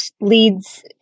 leads